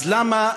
אז למה,